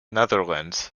netherlands